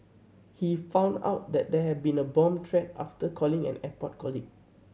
he found out that there had been a bomb threat after calling an airport colleague